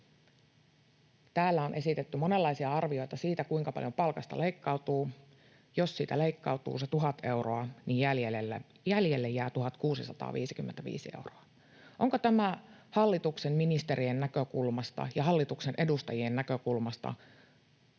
Täällä on esitetty monenlaisia arvioita siitä, kuinka paljon palkasta leikkautuu. Jos siitä leikkautuu se 1 000 euroa, niin jäljelle jää 1 655 euroa. Onko tämä hallituksen ministerien näkökulmasta ja hallituksen edustajien näkökulmasta